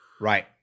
Right